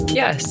yes